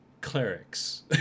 clerics